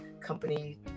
company